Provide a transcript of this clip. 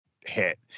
hit